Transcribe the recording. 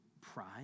pride